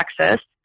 Texas